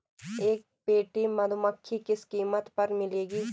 एक पेटी मधुमक्खी किस कीमत पर मिलेगी?